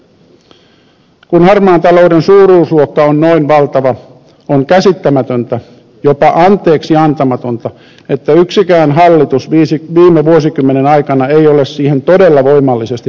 kun harmaan talouden suuruusluokka on noin valtava on käsittämätöntä jopa anteeksiantamatonta että yksikään hallitus viime vuosikymmenen aikana ei ole siihen todella voimallisesti puuttunut